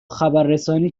خبررسانی